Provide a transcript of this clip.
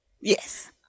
Yes